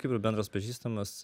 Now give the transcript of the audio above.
kaip ir bendras pažįstamas